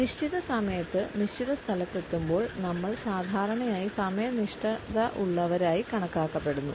നിശ്ചിത സമയത്ത് നിശ്ചിത സ്ഥലത്ത് എത്തുമ്പോൾ നമ്മൾ സാധാരണയായി സമയനിഷ്ഠ ഉള്ളവരായി കണക്കാക്കപ്പെടുന്നു